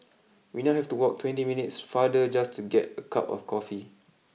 we now have to walk twenty minutes farther just to get a cup of coffee